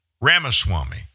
Ramaswamy